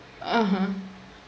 (uh huh)